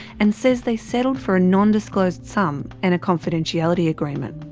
and says they settled for a non-disclosed sum and a confidentiality agreement.